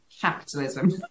capitalism